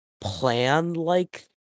plan-like